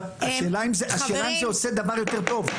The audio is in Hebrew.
לא, אבל השאלה אם זה עושה דבר יותר טוב.